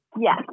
yes